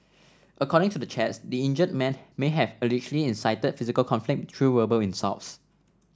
according to the chats the injured man may have allegedly incited physical conflict through verbal insults